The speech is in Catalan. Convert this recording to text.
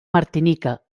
martinica